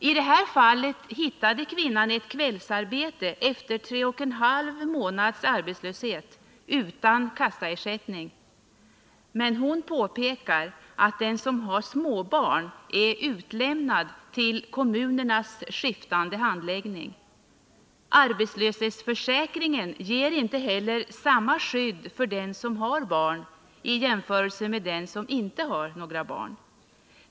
I det här fallet hittade kvinnan ett kvällsarbete efter tre och en halv månads arbetslöshet utan kassaersättning, men hon påpekar att den som har småbarn är utlämnad till kommunernas skiftande handläggning. Arbetslöshetsförsäkringen ger inte heller samma skydd för den som har barn i jämförelse med den som inte har några barn.